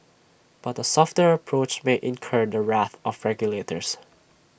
but A softer approach may incur the wrath of regulators